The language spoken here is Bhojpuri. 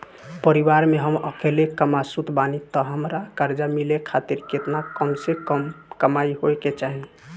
परिवार में हम अकेले कमासुत बानी त हमरा कर्जा मिले खातिर केतना कम से कम कमाई होए के चाही?